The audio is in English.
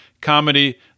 comedy